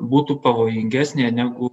būtų pavojingesnė negu